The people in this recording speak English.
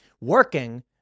Working